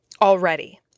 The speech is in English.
already